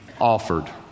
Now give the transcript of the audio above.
offered